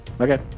Okay